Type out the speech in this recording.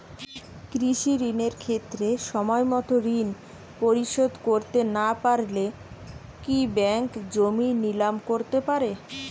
কৃষিঋণের ক্ষেত্রে সময়মত ঋণ পরিশোধ করতে না পারলে কি ব্যাঙ্ক জমি নিলাম করতে পারে?